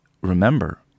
remember